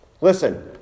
Listen